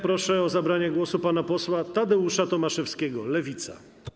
Proszę o zabranie głosu pana posła Tadeusza Tomaszewskiego, Lewica.